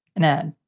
an ad.